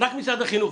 רק משרד החינוך.